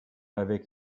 avec